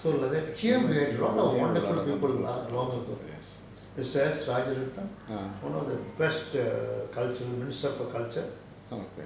like that here we have a lot of wonderful people ah long ago mister S rajaratnam one of the best cultural minister for culture